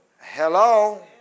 Hello